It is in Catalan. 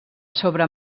sobre